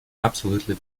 absolutely